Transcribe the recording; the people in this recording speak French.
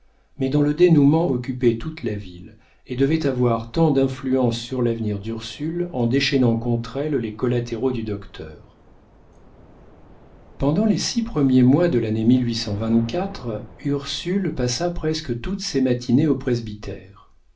mais dont le dénoûment occupait toute la ville et devait avoir tant d'influence sur l'avenir d'ursule en déchaînant contre elle les collatéraux du docteur pendant les six premiers mois de l'année ursule passa presque toutes ses matinées au presbytère